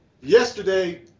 Yesterday